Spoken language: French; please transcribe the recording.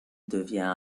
devient